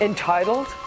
Entitled